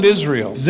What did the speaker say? Israel